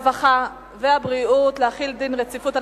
הרווחה והבריאות על רצונה להחיל דין רציפות על